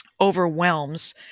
overwhelms